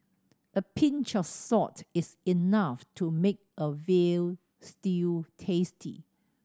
a pinch of salt is enough to make a veal stew tasty